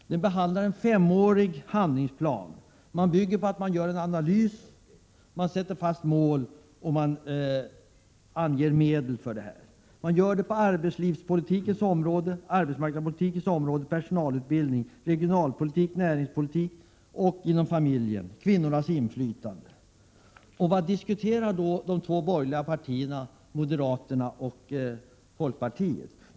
Det handlar om en femårig handlingsplan. Den bygger på att man skall göra en analys. Man skall sätta upp mål och ange medel för detta. Det här gäller områdena arbetslivspolitik, arbetsmarknadspolitik, personalutbildning, regionalpolitik och näringspolitik. Det gäller också familjen, och det gäller kvinnornas inflytande. Vad diskuterar då de två borgerliga partierna moderaterna och folkpartiet i detta sammanhang?